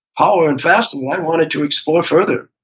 power in fasting i wanted to explore further.